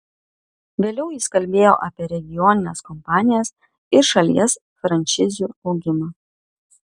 vėliau jis kalbėjo apie regionines kompanijas ir šalies franšizių augimą